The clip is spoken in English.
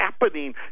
happening